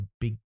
big